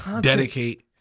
Dedicate